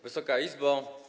Wysoka Izbo!